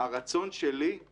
הרצון שלי הוא